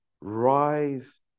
Rise